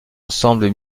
ensembles